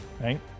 right